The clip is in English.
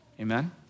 Amen